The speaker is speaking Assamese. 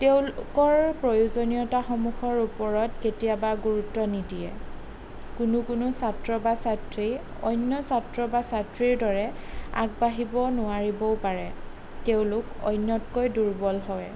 তেওঁলোকৰ প্ৰয়োজনীয়তাসমূহৰ ওপৰত কেতিয়াবা গুৰুত্ব নিদিয়ে কোনো কোনো ছাত্ৰ বা ছাত্ৰী অন্য ছাত্ৰ বা ছাত্ৰীৰ দৰে আগবাঢ়িব নোৱাৰিবও পাৰে তেওঁলোক অন্যতকৈ দুৰ্বল হয়